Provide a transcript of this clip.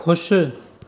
खु़शि